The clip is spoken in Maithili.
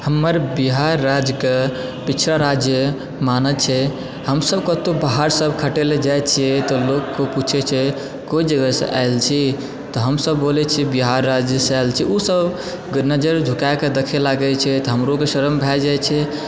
हमर बिहार राज्यके पिछड़ा राज्य मानैत छै हम सब कतहुँ बाहरसभ खटयलऽ जाइ छियै तऽ लोग पूछय छै कोन जगहसँ आइलि छी तऽ हमसभ बोलैत छी बिहार राज्यसँ आइलि छी ओसभ नजर झुकाके देखय लागय छथि हमरोके शरम भए जाइ छै